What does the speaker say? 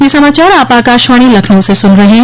ब्रे क यह समाचार आप आकाशवाणी लखनऊ से सुन रहे हैं